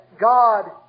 God